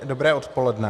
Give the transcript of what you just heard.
Dobré odpoledne.